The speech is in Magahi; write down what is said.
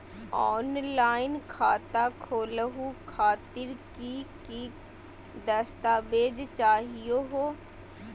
ऑफलाइन खाता खोलहु खातिर की की दस्तावेज चाहीयो हो?